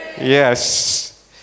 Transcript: Yes